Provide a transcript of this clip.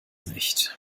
nicht